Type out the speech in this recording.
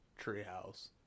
treehouse